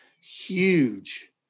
huge